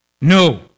No